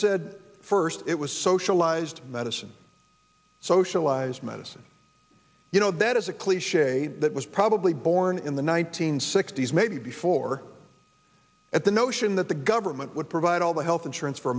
said first it was socialized medicine socialized medicine you know that is a cliche that was probably born in the one nine hundred sixty s maybe before at the notion that the government would provide all the health insurance for